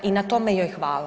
I na tome joj hvala.